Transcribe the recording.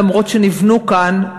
אף שנבנו כאן,